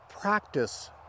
practice